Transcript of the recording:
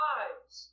eyes